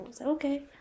okay